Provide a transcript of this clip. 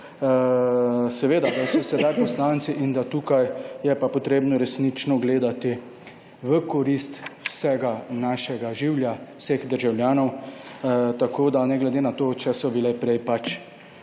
energijo, so sedaj poslanci in tukaj je pa treba resnično gledati v korist vsega našega življa, vseh državljanov, ne glede na to, če so ostale prej